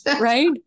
Right